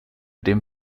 dem